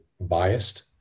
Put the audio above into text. biased